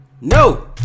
No